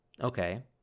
Okay